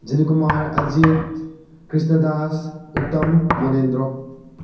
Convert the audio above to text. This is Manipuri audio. ꯖꯦꯅꯤꯠꯀꯨꯃꯥꯔ ꯑꯖꯤꯠ ꯀ꯭ꯔꯤꯁꯅꯗꯥꯁ ꯎꯠꯇꯝ ꯃꯣꯅꯦꯟꯗ꯭ꯔꯣ